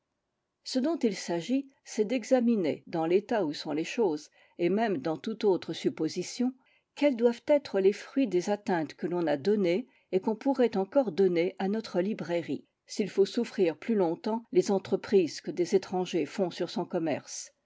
ce dont il s'agit c'est d'examiner dans l'état où sont les choses et même dans toute autre supposition quels doivent être les fruits des atteintes que l'on a données et qu'on pourrait encore donner à notre librairie s'il faut souffrir plus longtemps les entreprises que des étrangers font sur son commerce